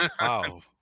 Wow